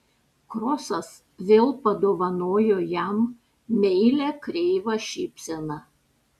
krosas vėl padovanojo jam meilią kreivą šypseną